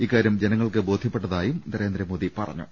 ഇക്കാര്യം ജന ങ്ങൾക്ക് ബോധ്യപ്പെട്ടതായും നരേന്ദ്രമോദി പറഞ്ഞു